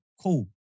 cool